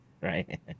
right